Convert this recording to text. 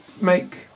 make